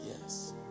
Yes